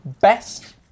Best